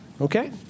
Okay